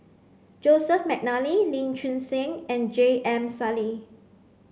Joseph Mcnally Lee Choon Seng and J M Sali